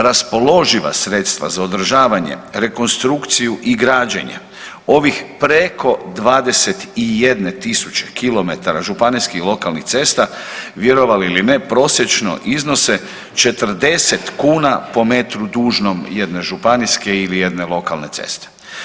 Raspoloživa sredstva za održavanje, rekonstrukciju i građenje, ovih preko 21 tisuće kilometara županijskih i lokalnih cesta, vjerovali ili ne, prosječno iznose 40 kuna po metru dužnom jedne županijske ili jedne lokalne ceste.